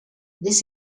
this